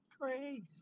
Crazy